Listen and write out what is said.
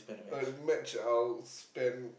a match I'll spend